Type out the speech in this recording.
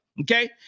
Okay